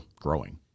growing